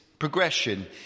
Progression